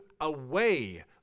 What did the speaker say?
away